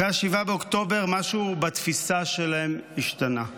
אחרי 7 באוקטובר משהו בתפיסה שלהם השתנה.